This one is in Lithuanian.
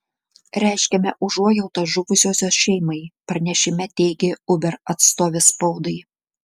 reiškiame užuojautą žuvusiosios šeimai pranešime teigė uber atstovė spaudai